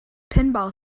pinball